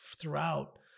throughout